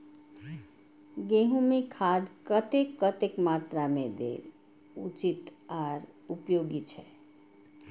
गेंहू में खाद कतेक कतेक मात्रा में देल उचित आर उपयोगी छै?